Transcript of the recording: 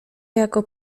jako